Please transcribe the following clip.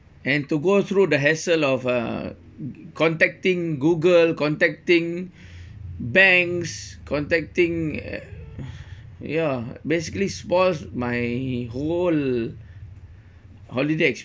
and to go through the hassle of uh contacting google contacting banks contacting uh ya basically spoils my whole holiday